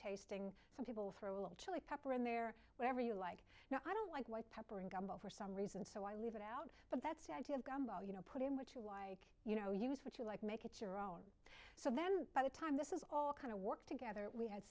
tasting some people for a little chili pepper in there wherever you like no i don't like white pepper and gumbo for some reason so i doubt but that's the idea of gumbo you know put in which you lie you know use what you like make it your own so then by the time this is all kind of work together we had